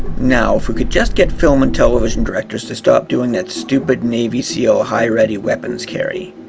now if we could just get film and television directors to stop doing that stupid navy seal high-ready weapons carry.